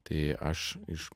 tai aš iš